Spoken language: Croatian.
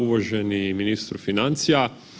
Uvaženi ministre financija.